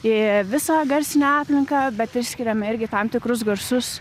į visą garsinę aplinką bet išskiriam irgi tam tikrus garsus